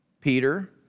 Peter